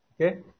Okay